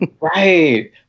Right